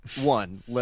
one